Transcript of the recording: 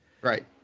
Right